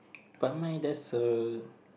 but mine there's a